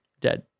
dead